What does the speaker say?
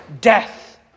death